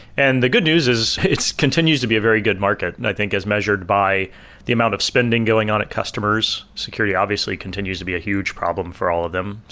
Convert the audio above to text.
and the good news is it continues to be a very good market and i think as measured by the amount of spending going on at customers. security obviously continues to be a huge problem for all of them.